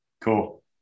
Cool